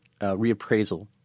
reappraisal